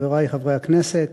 חברי חברי הכנסת,